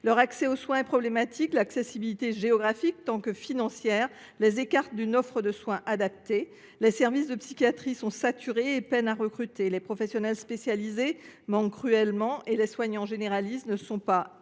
Leur accès aux soins est problématique : le manque d’accessibilité tant géographique que financière les éloigne d’une offre de soins adaptée. Les services de psychiatrie sont saturés et peinent à recruter. Les professionnels spécialisés manquent cruellement et les soignants généralistes ne sont pas formés,